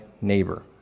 neighbor